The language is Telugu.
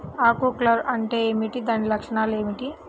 ఆకు కర్ల్ అంటే ఏమిటి? దాని లక్షణాలు ఏమిటి?